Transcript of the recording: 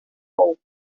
hope